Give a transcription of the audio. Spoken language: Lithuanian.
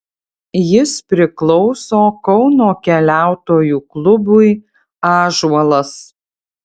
jis priklauso kauno keliautojų klubui ąžuolas